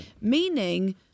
Meaning